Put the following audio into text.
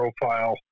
profile